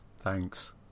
Thanks